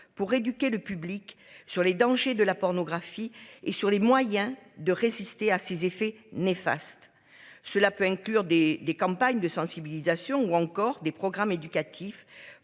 pour éduquer le public sur les dangers de la pornographie et sur les moyens de résister à ses effets néfastes. Cela peut inclure des des campagnes de sensibilisation ou encore des programmes éducatifs